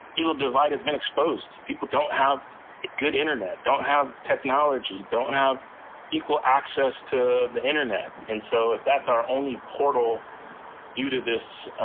little divide has been exposed. people don't have good internet, don't have technology, don't have equal access to the internet. and so if that's our only portal due to this